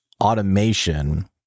automation